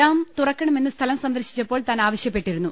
ഡാംതുറക്കണമെന്ന് സ്ഥലം സന്ദർശിച്ചപ്പോൾ താൻ ആവശ്യപ്പെട്ടിരുന്നു